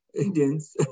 Indians